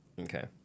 Okay